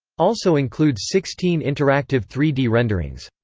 also includes sixteen interactive three d renderings.